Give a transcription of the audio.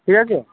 ঠিক আছে